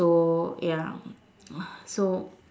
so ya so